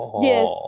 Yes